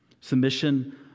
Submission